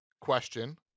question